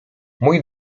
mój